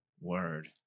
Word